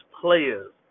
players